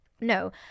No